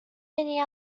many